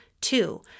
Two